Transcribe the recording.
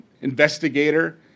investigator